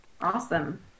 Awesome